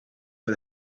for